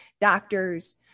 doctors